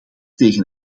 tegen